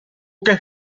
què